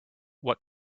what